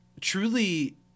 Truly